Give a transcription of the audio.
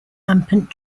rampant